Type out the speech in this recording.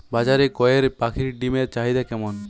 বাজারে কয়ের পাখীর ডিমের চাহিদা কেমন?